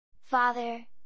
Father